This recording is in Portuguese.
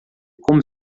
como